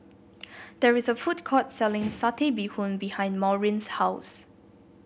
there is a food court selling Satay Bee Hoon behind Maureen's house